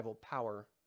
power